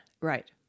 Right